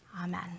Amen